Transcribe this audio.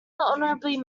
honorary